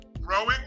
growing